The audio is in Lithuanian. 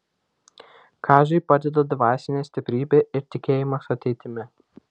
kaziui padeda dvasinė stiprybė ir tikėjimas ateitimi